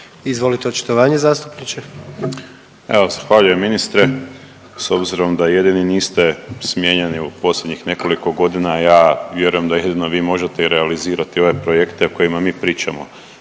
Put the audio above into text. Izvolite očitovanje zastupniče. **Zurovec, Dario (Fokus)** Evo zahvaljujem ministre. S obzirom da jedini niste smijenjeni u posljednjih nekoliko godina ja vjerujem da jedino vi možete i realizirati ove projekte o kojima mi pričamo.